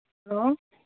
hello